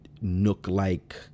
Nook-like